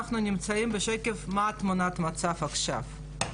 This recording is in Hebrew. אנחנו נמצאים בשקף של מה תמונת המצב עכשיו.